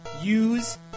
Use